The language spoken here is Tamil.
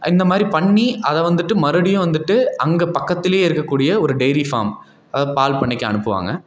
இந்த மாதிரி பண்ணி அதை வந்துட்டு மறுபடியும் வந்துட்டு அங்கே பக்கத்தில் இருக்க கூடிய ஒரு டெய்ரி ஃபார்ம் அதை பால் பண்ணைக்கு அனுப்புவாங்க